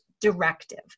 directive